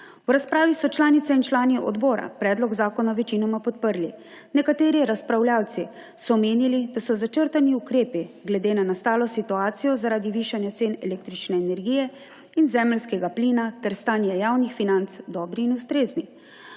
V razpravi so članice in člani odbora predlog zakona večinoma podprli. Nekateri razpravljavci so menili, da so začrtani ukrepi glede na nastalo situacijo zaradi višanja cen električne energije in zemeljskega plina ter stanje javnih financ dobri in ustrezni.